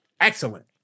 excellent